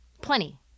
Plenty